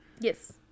Yes